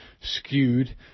skewed